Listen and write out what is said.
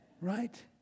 right